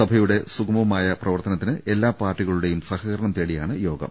സഭയുടെ സുഗമമായ പ്രവർത്തന ത്തിന് എല്ലാ പാർട്ടികളുടെയും സഹകരണം തേടിയാണ് യോഗം